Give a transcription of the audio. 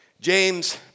James